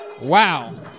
Wow